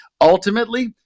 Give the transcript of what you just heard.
ultimately